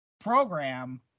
program